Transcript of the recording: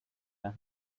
are